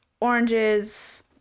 oranges